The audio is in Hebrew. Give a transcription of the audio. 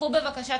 קחו בבקשה,